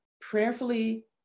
prayerfully